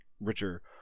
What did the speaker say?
richer